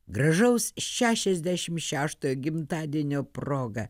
gražaus šešiasdešim šeštojo gimtadienio proga